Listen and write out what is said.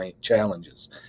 challenges